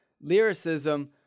lyricism